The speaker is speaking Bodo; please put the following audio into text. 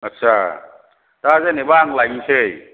आत्सा दा जेनेबा आं लायनोसै